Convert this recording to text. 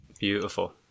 Beautiful